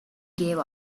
gave